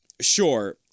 sure